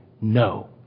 no